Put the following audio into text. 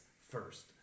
first